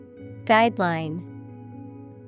Guideline